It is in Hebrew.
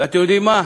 ואתם יודעים מה?